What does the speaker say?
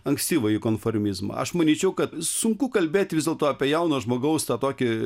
ankstyvąjį konformizmą aš manyčiau kad sunku kalbėti vis dėlto apie jauno žmogaus tą tokį